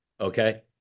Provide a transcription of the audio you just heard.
Okay